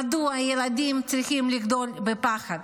מדוע ילדים צריכים לגדול בפחד?